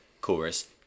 chorus